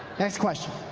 next question?